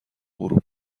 غروب